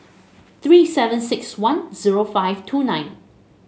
three seven six one zero five two nine